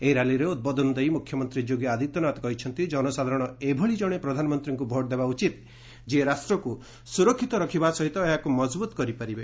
ଏହି ର୍ୟାଲିରେ ଉଦ୍ବୋଧନ ଦେଇ ମୁଖ୍ୟମନ୍ତ୍ରୀ ଯୋଗୀ ଆଦିତ୍ୟନାଥ କହିଛନ୍ତି ଜନସାଧାରଣ ଏଭଳି ଜଣେ ପ୍ରଧାନମନ୍ତ୍ରୀଙ୍କୁ ଭୋଟ୍ ଦେବା ଉଚିତ ଯିଏ ରାଷ୍ଟ୍ରକୁ ସୁରକ୍ଷିତ ରଖିବା ସହିତ ଏହାକୁ ମଜବୁତ୍ କରିପାରିବ